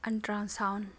ultrasound